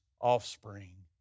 offspring